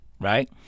right